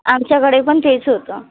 आमच्याकडे पण तेच होतं